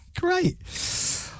Great